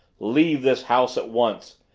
leave this house at once!